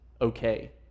okay